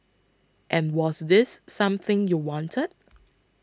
and was this something you wanted